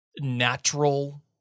Natural